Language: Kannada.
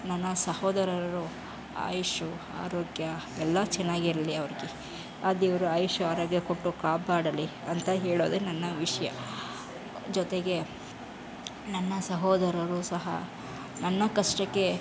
ನನ್ನ ಸಹೋದರರರು ಆಯಸ್ಸು ಆರೋಗ್ಯ ಎಲ್ಲ ಚೆನ್ನಾಗಿರ್ಲಿ ಅವ್ರಿಗೆ ಆ ದೇವರು ಆಯುಷ್ಯ ಆರೋಗ್ಯ ಕೊಟ್ಟು ಕಾಪಾಡಲಿ ಅಂತ ಹೇಳೋದೇ ನನ್ನ ವಿಷಯ ಜೊತೆಗೆ ನನ್ನ ಸಹೋದರರು ಸಹ ನನ್ನ ಕಷ್ಟಕ್ಕೆ